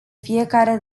fiecare